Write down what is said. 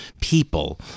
people